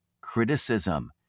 criticism